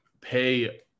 pay